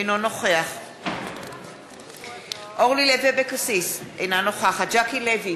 אינו נוכח אורלי לוי אבקסיס, אינה נוכחת ז'קי לוי,